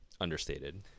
understated